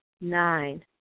Nine